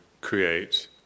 create